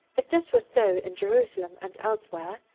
if this were so in jerusalem and elsewhere,